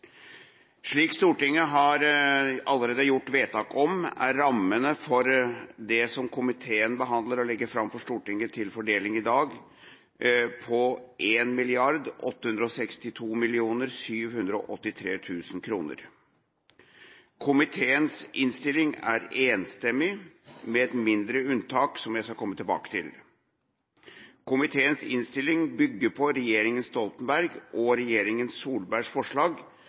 Stortinget allerede har gjort vedtak om, er rammen for det som komiteen behandler og legger fram for Stortinget til fordeling i dag, på 1 852 783 000 kr. Komiteens innstilling er enstemmig, med et mindre unntak, som jeg skal komme tilbake til. Komiteens innstilling bygger på regjeringa Stoltenbergs og regjeringa Solbergs forslag,